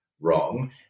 wrong